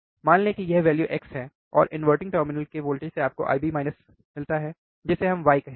मान लें कि यह वैल्यू x है और इनवर्टिंग टर्मिनल के वोल्टेज से आपको I B मिलता है जिसे हमें y कहेंगे